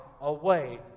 away